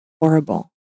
horrible